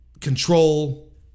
control